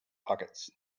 pockets